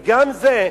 וגם זה,